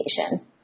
education